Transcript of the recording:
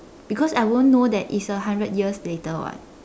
because I won't know that it's a hundred years later [what]